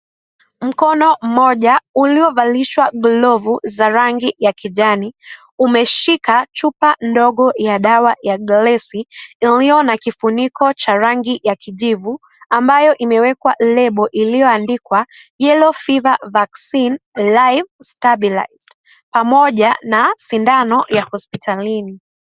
Mkono mmoja uliovalishwa glovu za rangi ya kijani umeshika chupa ndogo ya dawa ya glesi iliyo na kifuniko cha rangi ya kijivu ambayo imewekwa lebo iliyoandikwa yellow fever vaccine live stabulant pamoja na sindano ya hospitalini.